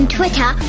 Twitter